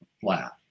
flat